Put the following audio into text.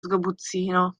sgabuzzino